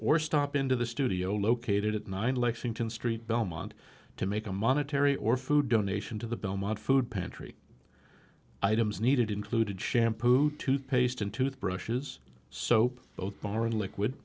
or stop into the studio located at nine lexington street belmont to make a monetary or food donation to the belmont food pantry items needed included shampoo toothpaste into the brushes soap b